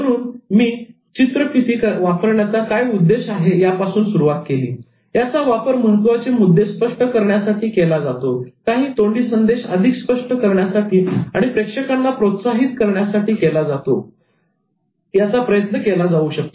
म्हणून मी चित्रफिती वापरण्याचा काय उद्देश आहे यापासून सुरुवात केली याचा वापर महत्त्वाचे मुद्दे स्पष्ट करण्यासाठी केला जातो काही तोंडी संदेश अधिक स्पष्ट करण्यासाठी आणि प्रेक्षकांना प्रोत्साहित करण्यासाठी सुद्धा प्रयत्न केला जाऊ शकतो